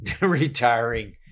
retiring